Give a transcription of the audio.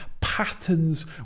Patterns